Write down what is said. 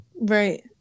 Right